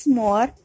more